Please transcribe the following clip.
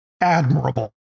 admirable